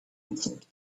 answered